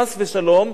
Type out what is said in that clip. חס ושלום,